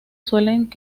suelen